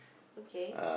okay